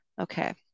Okay